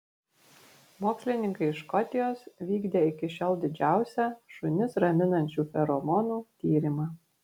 mokslininkai iš škotijos vykdė iki šiol didžiausią šunis raminančių feromonų tyrimą